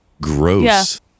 Gross